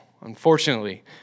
unfortunately